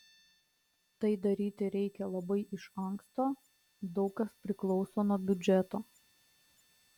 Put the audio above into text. tai daryti reikia labai iš anksto daug kas priklauso nuo biudžeto